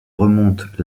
remonte